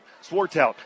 Swartout